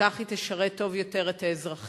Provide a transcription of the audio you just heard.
וכך היא תשרת טוב יותר את האזרחים.